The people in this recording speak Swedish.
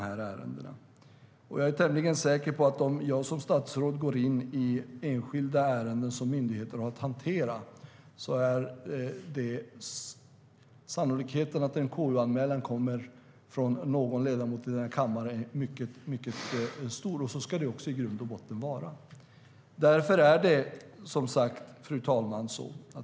Jag är tämligen säker på att om jag som statsråd går in i enskilda ärenden som myndigheter har att hantera är sannolikheten mycket stor att en KU-anmälan kommer från någon ledamot i den här kammaren, och så ska det vara. Fru talman!